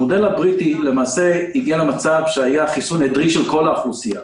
המודל הבריטי למעשה הגיע למצב שהיה חיסון עדרי של כל האוכלוסייה,